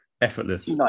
effortless